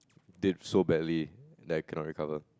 dead so badly like cannot recover